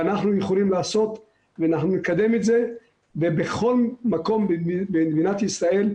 ואנחנו יכולים לעשות ואנחנו נקדם את זה בכל מקום במדינת ישראל.